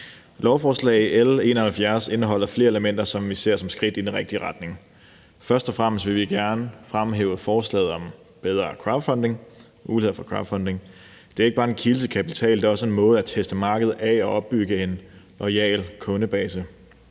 Lovforslag L 71 indeholder flere elementer, som vi ser som skridt i den rigtige retning. Først og fremmest vil vi gerne fremhæve forslaget om bedre muligheder for crowdfunding. Det er ikke bare en kilde til kapital, det er også en måde at teste markedet af på og opbygge en loyal kundebase.